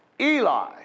Eli